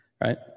right